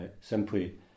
simply